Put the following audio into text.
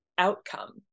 outcome